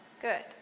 Good